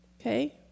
okay